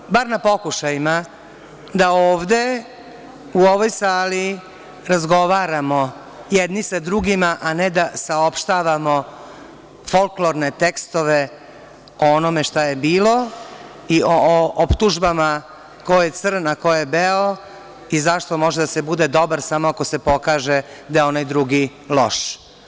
Fala vam bar na pokušajima da ovde u ovoj sali razgovaramo jedni sa drugima, a ne da saopštavamo folklorne tekstove o onome šta je bilo i o optužbama ko je crn a ko je beo, i zašto može da se bude dobar samo ako se pokaže da je onaj drugi loš.